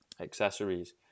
Accessories